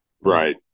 Right